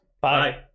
Bye